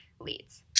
Leads